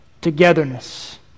Togetherness